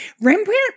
Rembrandt